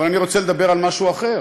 אבל אני רוצה לדבר על משהו אחר.